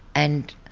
and